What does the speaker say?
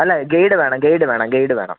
അല്ല ഗൈഡ് വേണം ഗൈഡ് വേണം ഗൈഡ് വേണം